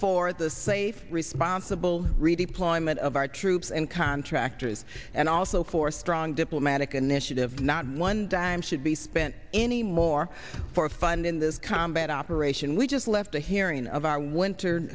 for the safe responsible redeployment of our troops and contractors and also for strong diplomatic initiative not one dime should be spent any more for funding this combat operation we just left the hearing of our went